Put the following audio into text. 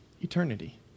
eternity